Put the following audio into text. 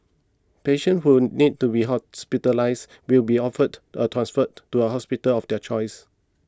patients who need to be hospitalised will be offered a transfer to a hospital of their choice